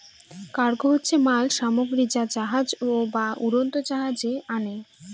cargo হচ্ছে মাল সামগ্রী যা জাহাজ বা উড়োজাহাজে আনে